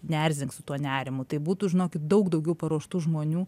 neerzink su tuo nerimu tai būtų žinokit daug daugiau paruoštų žmonių